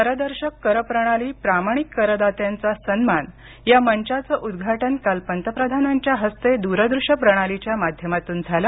पारदर्शक करप्रणाली प्रामाणिक करदात्यांचा सन्मान या मंचाचं उद्वाटन काल पंतप्रधानांच्या हस्ते द्रदृष्य प्रणालीच्या माध्यमातून झालं